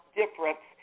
difference